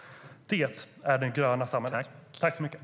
Det är det gröna samhället.